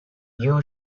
you